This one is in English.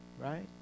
Right